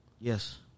Yes